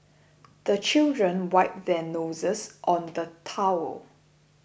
the children wipe their noses on the towel